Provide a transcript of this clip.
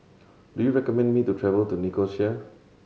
do you recommend me to travel to Nicosia